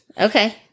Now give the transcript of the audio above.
Okay